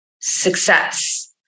success